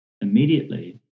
immediately